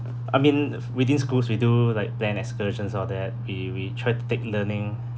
I mean within schools we do like plan excursions all that we we try to take learning